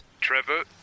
Trevor